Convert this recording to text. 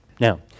Now